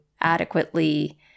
adequately